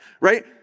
right